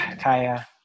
Kaya